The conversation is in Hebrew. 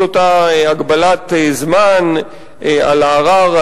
כל אותה הגבלת זמן על הערר,